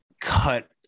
cut